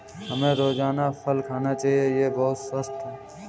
हमें रोजाना फल खाना चाहिए, यह बहुत स्वस्थ है